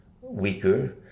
weaker